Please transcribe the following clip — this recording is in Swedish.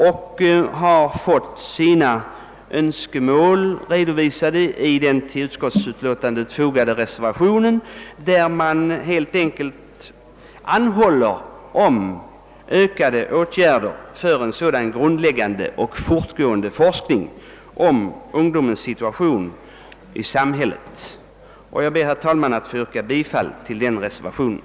Våra önskemål har ju också redovisats i den till utskottsutlåtandet fogade reservationen, där det helt enkelt anhålles om vidgade åtgärder för grundläggande och fortgående forskning om ungdomens situation i samhället. — Jag ber, herr talman, att få yrka bifall till reservationen.